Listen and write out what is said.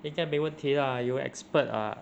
应该没问题 lah you expert [what]